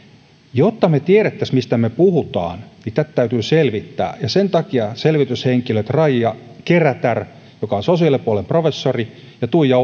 jotta me tietäisimme mistä me puhumme niin tätä täytyy selvittää sen takia selvityshenkilöt raija kerätär joka on sosiaalipuolen professori ja tuija